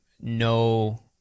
no